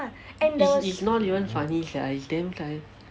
it's it's not even funny sia it's damn tiring